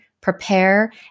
prepare